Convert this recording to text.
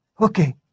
Okay